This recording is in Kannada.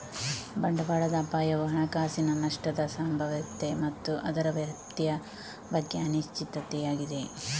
ಬಂಡವಾಳದ ಅಪಾಯವು ಹಣಕಾಸಿನ ನಷ್ಟದ ಸಂಭಾವ್ಯತೆ ಮತ್ತು ಅದರ ವ್ಯಾಪ್ತಿಯ ಬಗ್ಗೆ ಅನಿಶ್ಚಿತತೆಯಾಗಿದೆ